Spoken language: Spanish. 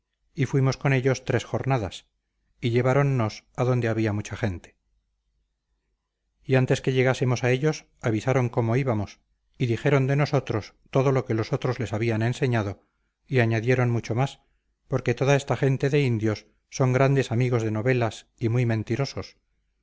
y fuimos con ellos tres jornadas y lleváronnos adonde había mucha gente y antes que llegásemos a ellos avisaron cómo íbamos y dijeron de nosotros todo lo que los otros les habían enseñado y añadieron mucho más porque toda esta gente de indios son grandes amigos de novelas y muy mentirosos